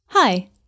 Hi